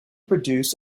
produce